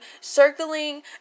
circling